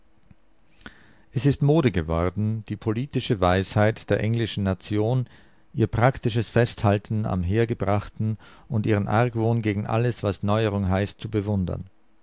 es ist mode geworden die politische weisheit der englischen nation ihr praktisches festhalten am hergebrachten und ihren argwohn gegen alles was neuerung heißt zu bewundern